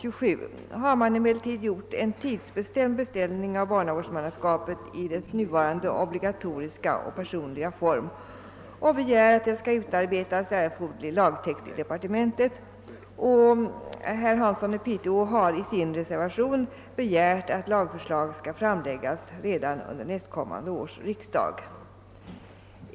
I motionsparet 1:25 och II:27 har gjorts en tidsbestämd anhållan om avskaffande av barnavårdsmannainstitutionen i dess nuvarande obligatoriska och personliga form. Motionärerna begär att härför erforderlig lagtext skall utarbetas inom departementet. Herr Hansson i Piteå har i sin reservation begärt att lagförslag skall framläggas redan under nästkommande års riksdag.